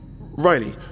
Riley